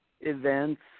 events